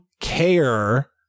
care